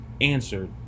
answered